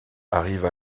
arrive